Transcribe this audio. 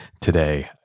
today